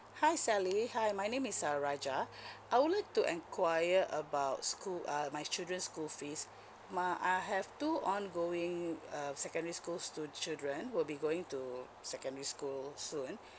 hi sally hi my name is saraja I would like to enquire about school uh my children's school fees my uh I have two ongoing uh secondary schools stu~ children will be going to secondary school soon